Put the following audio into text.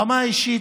ברמה האישית,